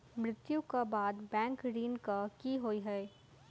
मृत्यु कऽ बाद बैंक ऋण कऽ की होइ है?